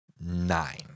nine